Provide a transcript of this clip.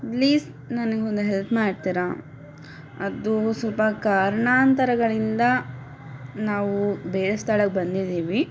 please ನನಗೊಂದು help ಮಾಡ್ತೀರಾ ಅದು ಸ್ವಲ್ಪ ಕಾರಣಾಂತರಗಳಿಂದ ನಾವು ಬೇರೆ ಸ್ಥಳಕ್ಕೆ ಬಂದಿದ್ದೀವಿ